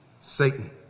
Satan